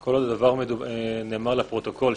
כל עוד הדבר נאמר לפרוטוקול,